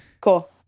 Cool